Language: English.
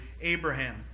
Abraham